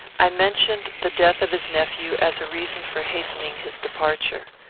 i mentioned the death of his nephew as a reason for hastening his departure.